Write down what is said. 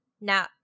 now